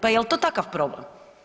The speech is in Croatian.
Pa jel to takav problem?